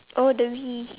oh the whey